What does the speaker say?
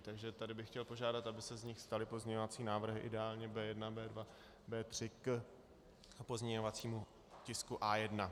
Takže tady bych chtěl požádat, aby se z nich staly pozměňovací návrhy ideálně B1, B2, B3 k pozměňovacímu tisku A1.